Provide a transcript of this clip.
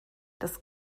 das